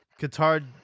Qatar